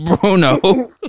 Bruno